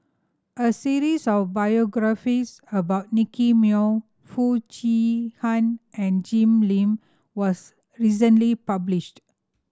a series of biographies about Nicky Moey Foo Chee Han and Jim Lim was recently published